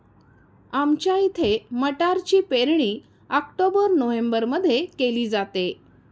आमच्या इथे मटारची पेरणी ऑक्टोबर नोव्हेंबरमध्ये केली जाते